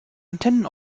antennen